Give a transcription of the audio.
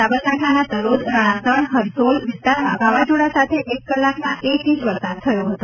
સાબરકાંઠાના તલોદ રજ્ઞાસજ્ઞ હરસોલ વિસ્તારમાં વાવાઝોડા સાથે એક કલાકમાં એક ઈંચ વરસાદ થયો હતો